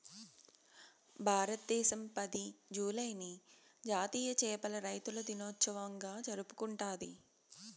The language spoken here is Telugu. భారతదేశం పది, జూలైని జాతీయ చేపల రైతుల దినోత్సవంగా జరుపుకుంటాది